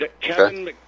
Kevin